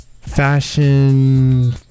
fashion